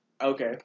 Okay